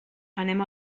anem